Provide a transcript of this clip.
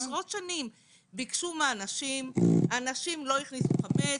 ביקשו מאנשים ואנשים לא הכניסו חמץ.